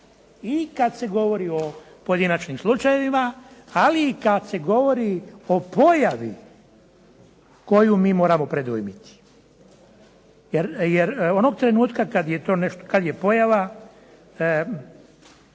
i kad se govori o pojedinačnim slučajevima, ali i kad se govori o pojavi koju mi moramo predujmiti. Jer onog trenutka kad je pojava